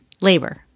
labor